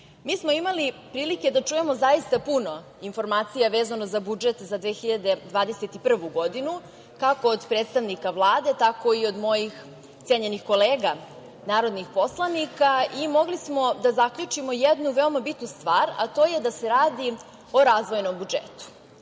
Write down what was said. mi smo imali prilike da čujemo zaista puno informacija vezano za budžet za 2021. godinu kako od predstavnika Vlade, tako i od mojih cenjenih kolega narodnih poslanika i mogli smo da zaključimo jednu veoma bitnu stvar, a to je da se radi o razvojnom budžetu. Šta